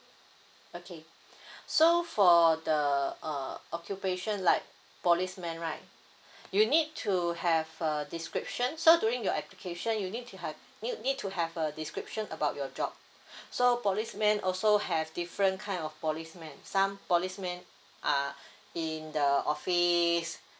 okay so for the uh occupation like policeman right you need to have a description so during your application you need to have you need to have a description about your job so policeman also have different kind of policeman some policeman are in the office